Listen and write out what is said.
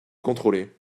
contrôlée